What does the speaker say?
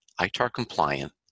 ITAR-compliant